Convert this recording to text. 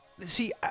see